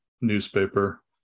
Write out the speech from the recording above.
newspaper